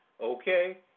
Okay